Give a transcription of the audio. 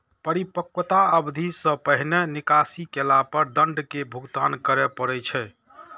परिपक्वता अवधि सं पहिने निकासी केला पर दंड के भुगतान करय पड़ै छै